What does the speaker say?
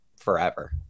Forever